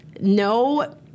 no